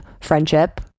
friendship